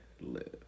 live